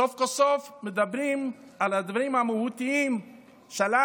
סוף כל סוף מדברים על הדברים המהותיים שעליהם